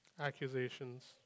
accusations